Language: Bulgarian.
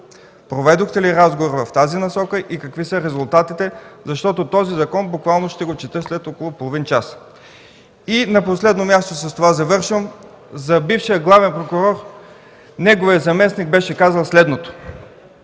Проведохте ли разговор в тази насока и какви са резултатите, защото този закон ще го чета буквално след около половин час? И на последно място, с което завършвам, за бившия главен прокурор неговият заместник беше казал следното: